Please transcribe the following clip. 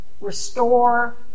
restore